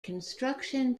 construction